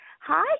Hi